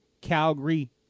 Calgary